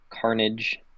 Carnage